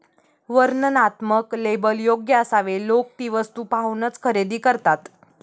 वर्णनात्मक लेबल योग्य असावे लोक ती वस्तू पाहूनच खरेदी करतात